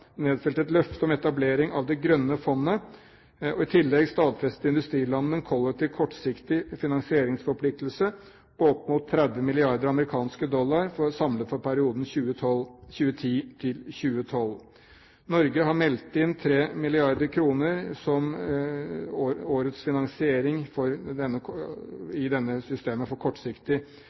et løfte om etablering av det grønne fondet. I tillegg stadfestet industrilandene en kollektiv kortsiktig finansieringsforpliktelse på opp mot 30 mrd. amerikanske dollar samlet for perioden 2010–2012. Norge har meldt inn 3 mrd. kr som årets finansiering i dette systemet for kortsiktig finansiering. I